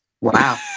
Wow